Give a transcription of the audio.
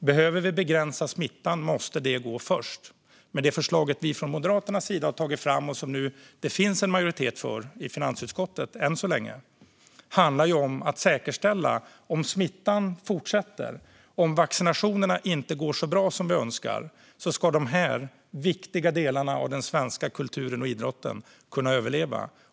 Behöver vi begränsa smittan måste det gå först, men det förslag vi från Moderaternas sida har tagit fram och som det nu finns en majoritet för i finansutskottet, än så länge, handlar om att säkerställa att om smittan fortsätter och vaccinationerna inte går så bra som vi önskar ska de här viktiga delarna av den svenska kulturen och idrotten kunna överleva.